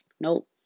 Nope